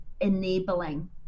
enabling